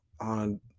on